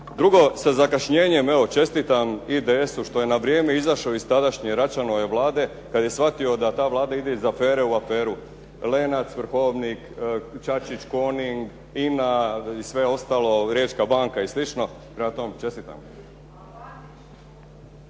Drugo, evo sa zakašnjenjem čestitam IDS-u što je na vrijeme izašao iz tadašnje Račanove Vlade, kada je shvatio da ta Vlada ide iz afere u aferu. Lenac, Vrhovnik, Čačić, Koning, INA, sve ostalo, Riječka banka i slično. Prema tome, čestitam.